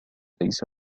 ليس